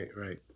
right